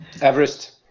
Everest